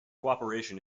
cooperation